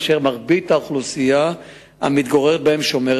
2. האם היתה דחיפות לקיים את השחזור